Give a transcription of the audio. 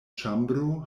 ĉambro